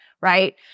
right